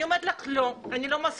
אני אומרת לך, לא, אני לא מסכימה,